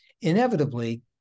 inevitably